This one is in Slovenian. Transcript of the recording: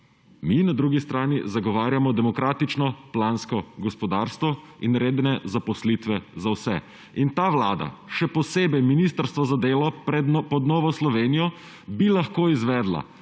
Mi, na drugi strani zagovarjamo demokratično plansko gospodarstvo in redne zaposlitve za vse in ta Vlada, še posebej Ministrstvo za delo, pod Novo Slovenijo, bi lahko izvedla